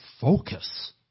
focus